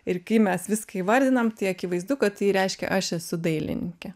ir kai mes viską įvardinam tai akivaizdu kad tai reiškia aš esu dailininkė